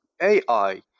AI